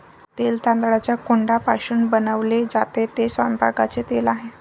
तेल तांदळाच्या कोंडापासून बनवले जाते, ते स्वयंपाकाचे तेल आहे